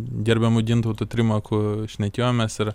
gerbiamu gintautu trimaku šnekėjomės ir